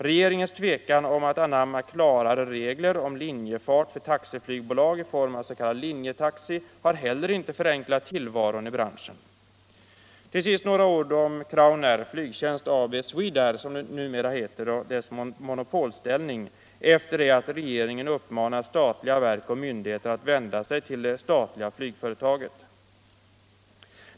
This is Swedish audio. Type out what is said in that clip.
Regeringens tvekan att anamma klarare regler om linjefart för taxiflygbolag i form av s.k. linjetaxi har inte heller förenklat tillvaron i branschen. Till sist några ord om Crownairs — Svensk Flygtjänst AB, Swedair, som det numera heter — monopolställning efter det att regeringen uppmanat statliga verk och myndigheter att vända sig till det statliga flygföretaget.